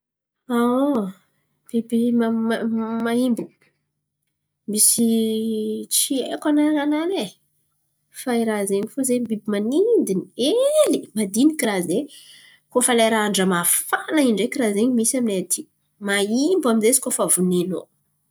Biby maimbo, tsy haiko anaran̈any e fa raha zen̈y fo biby manidin̈y ely, madiniky rah zen̈y koa fà lera andra mafana in̈y ndray misy amin̈ay aty. Maimbo amin'zay izy koa fa vonenao.